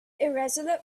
irresolute